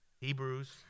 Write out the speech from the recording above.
Hebrews